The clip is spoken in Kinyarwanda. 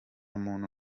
muntu